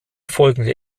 folgende